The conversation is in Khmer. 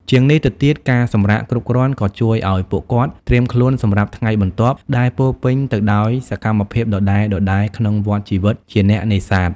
ជាងនេះទៅទៀត ការសម្រាកគ្រប់គ្រាន់ក៏ជួយឲ្យពួកគាត់ត្រៀមខ្លួនសម្រាប់ថ្ងៃបន្ទាប់ដែលពោរពេញទៅដោយសកម្មភាពដដែលៗក្នុងវដ្តជីវិតជាអ្នកនេសាទ។